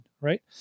right